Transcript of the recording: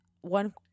one